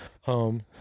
home